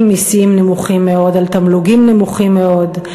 עם מסים נמוכים מאוד על תמלוגים נמוכים מאוד,